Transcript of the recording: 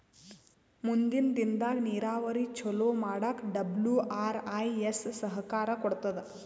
ಮುಂದಿನ್ ದಿನದಾಗ್ ನೀರಾವರಿ ಚೊಲೋ ಮಾಡಕ್ ಡಬ್ಲ್ಯೂ.ಆರ್.ಐ.ಎಸ್ ಸಹಕಾರ್ ಕೊಡ್ತದ್